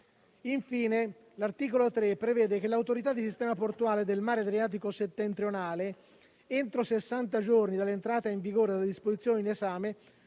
Infine l'articolo 3 prevede che le autorità di sistema portuale del mare Adriatico settentrionale, entro sessanta giorni dall'entrata in vigore della disposizione in esame,